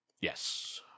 Yes